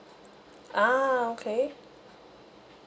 ah okay